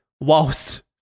whilst